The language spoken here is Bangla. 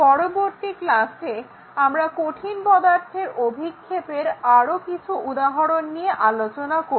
পরবর্তী ক্লাসে আমরা কঠিন পদার্থের অভিক্ষেপের আরো কিছু উদাহরণ নিয়ে আলোচনা করব